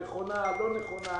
נכונה או לא נכונה.